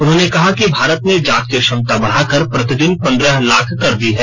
उन्होंने कहा कि भारत ने जांच की क्षमता बढ़ा कर प्रतिदिन पंद्रह लाख कर दी है